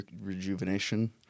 Rejuvenation